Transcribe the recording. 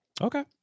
Okay